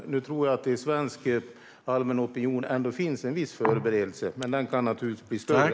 Men jag tror att det i svensk allmän opinion ändå finns en viss förberedelse, men den kan naturligtvis bli större.